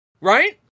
right